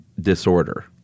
disorder